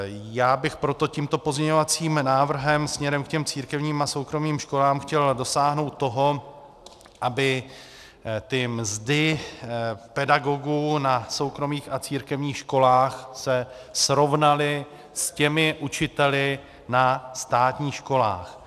Já bych proto tímto pozměňovacím návrhem směrem k těm církevním a soukromým školám chtěl dosáhnout toho, aby se mzdy pedagogů na soukromých a církevních školách srovnaly s těmi učiteli na státních školách.